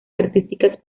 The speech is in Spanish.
artísticas